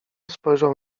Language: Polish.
spojrzał